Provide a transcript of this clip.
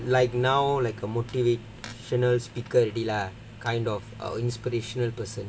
so he's like now like a motivational speaker already lah kind of err inspirational person